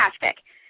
fantastic